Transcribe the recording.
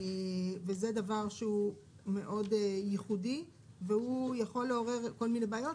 וזה דבר שהוא מאוד ייחודי והוא יכול לעורר כל מיני בעיות,